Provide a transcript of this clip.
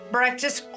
Breakfast